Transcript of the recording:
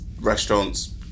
Restaurants